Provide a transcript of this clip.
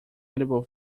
edible